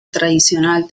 tradicional